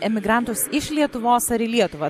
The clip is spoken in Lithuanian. emigrantus iš lietuvos ar į lietuvą